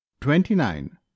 Twenty-nine